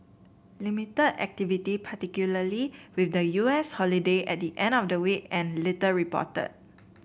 limited activity particularly with the U S holiday at the end of the week and little reported